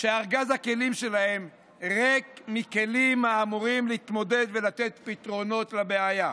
שארגז הכלים שלהן ריק מכלים האמורים להתמודד ולתת פתרונות לבעיה.